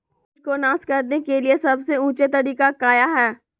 किट को नास करने के लिए सबसे ऊंचे तरीका काया है?